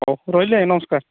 ହଉ ରହିଲି ଆଜ୍ଞା ନମସ୍କାର